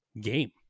game